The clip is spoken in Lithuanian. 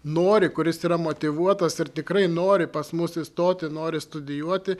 nori kuris yra motyvuotas ir tikrai nori pas mus įstoti nori studijuoti